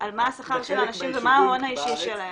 על מה השכר של האנשים ומה ההון האישי שלהם.